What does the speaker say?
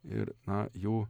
ir na jų